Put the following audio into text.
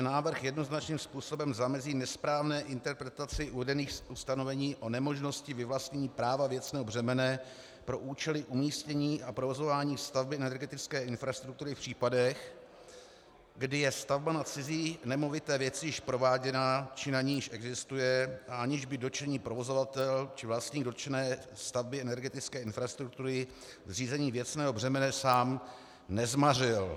Návrh jednoznačným způsobem zamezí nesprávné interpretaci uvedených ustanovení o nemožnosti vyvlastnění práva věcného břemene pro účely umístění a provozování stavby energetické infrastruktury v případech, kdy je stavba na cizí nemovité věci již prováděna či na ní již existuje, a aniž by dotčený provozovatel či vlastník dotčené stavby energetické infrastruktury zřízení věcného břemene sám nezmařil.